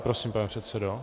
Prosím, pane předsedo.